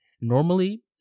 normally